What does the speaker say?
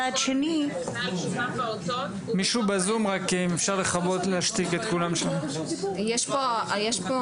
רק דייקתי פה.